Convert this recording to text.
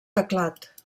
teclat